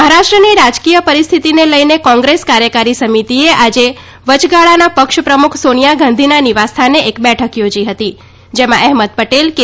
મહારાષ્ર્ ની રાજકીય પરિસ્થિતિને લઇને કોગ્રેસ કાર્યકારી સમિતિએ આજે વચગાળાના પક્ષ પ્રમુખ સોનિયા ગાંધીના નિવાસસ્થાને એક બેઠક યોજી હતી જેમાં એહમદ પટેલ કે